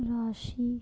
Meenakshi